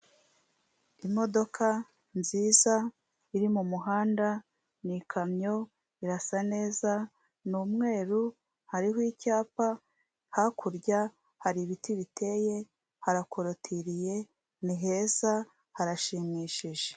Imodoka nziza iri mumuhanda ni ikamyo irasa neza, ni umweru hariho icyapa, hakurya hari ibiti biteye, harakorotiriye ni heza, harashimishije.